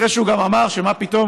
אחרי שהוא גם אמר שמה פתאום?